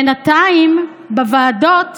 בינתיים בוועדות